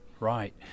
right